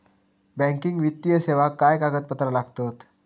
Banking वित्तीय सेवाक काय कागदपत्र लागतत?